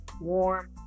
warm